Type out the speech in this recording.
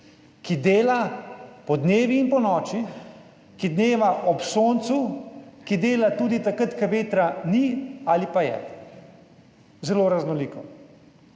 ki dela podnevi in ponoči, ki dela ob soncu, ki dela tudi takrat, ko vetra ni ali pa je, zelo raznoliko.